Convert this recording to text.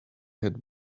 had